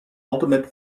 ultimate